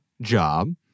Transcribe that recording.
job